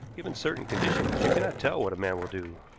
given certain conditions, you cannot tell what a man will do.